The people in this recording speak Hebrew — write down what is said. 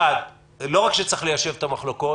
1. לא רק שצריך ליישב את המחלוקות.